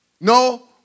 No